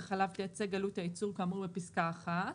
חלב תייצג את עלות הייצור כאמור בפסקה (1)"